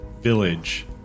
village